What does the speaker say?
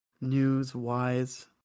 news-wise